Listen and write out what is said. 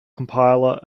compiler